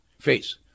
face